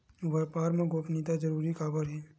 व्यापार मा गोपनीयता जरूरी काबर हे?